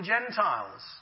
Gentiles